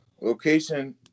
Location –